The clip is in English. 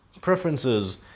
preferences